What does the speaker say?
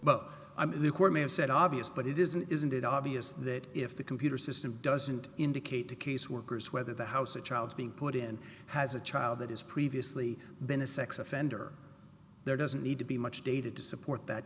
mean the court may have said obvious but it isn't isn't it obvious that if the computer system doesn't indicate to caseworkers whether the house the child being put in has a child that has previously been a sex offender there doesn't need to be much data to support that